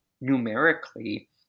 numerically